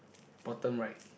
bottom right